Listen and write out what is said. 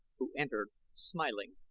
who entered, smiling,